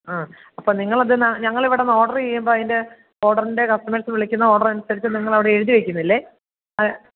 ആ അപ്പം നിങ്ങൾ അത് ഞങ്ങൾ ഇവിടെ നിന്ന് ഓഡർ ചെയ്യുമ്പോൾ അതിൻ്റെ ഓഡറിൻ്റെ കസ്റ്റമേഴ്സ് വിളിക്കുന്ന ഓഡർ അനുസരിച്ചു നിങ്ങൾ അവിടെ എഴുതി വയ്ക്കുന്നില്ലേ ഏ